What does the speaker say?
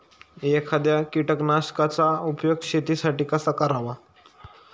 एखाद्या कीटकनाशकांचा उपयोग शेतीसाठी कसा करावा?